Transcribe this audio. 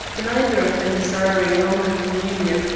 neither of them desiring longer communion,